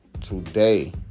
today